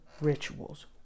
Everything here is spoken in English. rituals